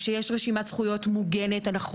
שיש רשימת זכויות סגורה.